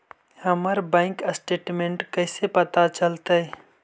हमर bank statement कैसे पता चलतै?